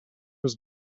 was